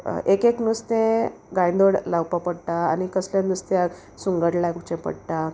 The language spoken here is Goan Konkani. एक एक नुस्तें गायनोड लावपा पोडटा आनी कसलें नुस्त्याक सुंगट लागचें पडटा